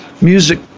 Music